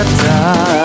time